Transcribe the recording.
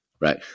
right